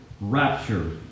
rapture